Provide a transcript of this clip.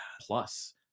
Plus